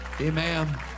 Amen